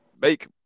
make